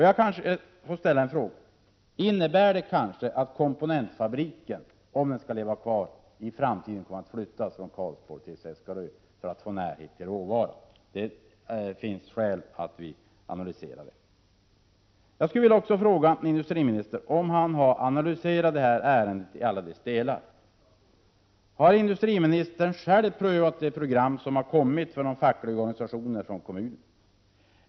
Jag vill fråga: Innebär det att komponentfabriken, om den skall leva kvar i framtiden, kommer att flyttas från Karlsborg till Seskarö för att få närhet till råvaran? Det finns skäl att analysera detta. Jag skulle också vilja fråga industriministern om han har analyserat det här ärendet i alla dess detaljer. Har industriministern själv prövat det program som har kommit från de fackliga organisationerna och kommunen?